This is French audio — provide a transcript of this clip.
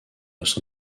los